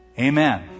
amen